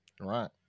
right